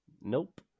Nope